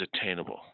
attainable